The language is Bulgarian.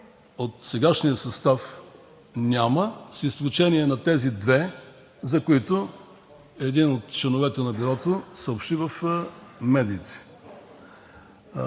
от сегашния състав няма, с изключение на тези две, за които един от членовете на Бюрото съобщи в медиите.